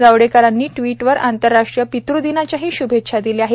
जावडेकर यांनी ट्विटरवर आंतरराष्ट्रीय पितृदिनाच्याही श्भेच्छा दिल्या आहेत